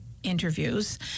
interviews